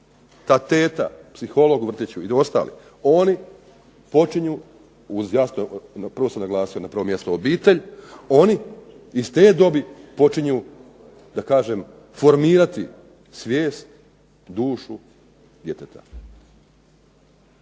Ta teta, psiholog u vrtiću i ostali oni počinju uz jasno, prvo sam naglasio na prvom mjestu obitelj, oni iz te dobi počinju da kažem formirati svijest, dušu djeteta.